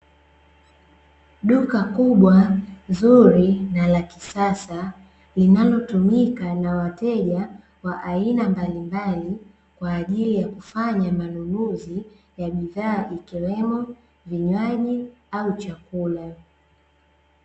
Duka kubwa zuri na la kisasa, linalotumika na wateja wa aina mbalimbali, kwa ajili ya kufanya manunuzi ya bidhaa, ikiwemo; vinywaji au chakula.